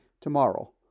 tomorrow